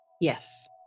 Yes